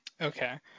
Okay